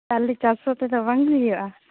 ᱛᱟᱦᱚᱞᱮ ᱪᱟᱥ ᱚ ᱛᱮᱫᱚ ᱵᱟᱝ ᱦᱩᱭᱩᱜᱼᱟ